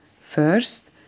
first